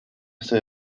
este